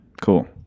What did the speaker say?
Cool